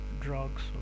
drugs